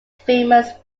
famous